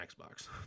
Xbox